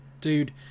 Dude